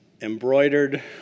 embroidered